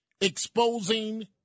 exposing